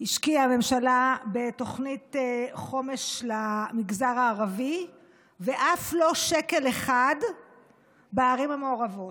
השקיעה הממשלה בתוכנית חומש למגזר הערבי ואף לא שקל אחד בערים המעורבות.